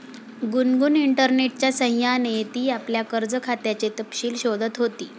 गुनगुन इंटरनेटच्या सह्याने ती आपल्या कर्ज खात्याचे तपशील शोधत होती